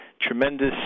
tremendous